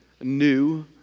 new